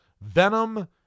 Venom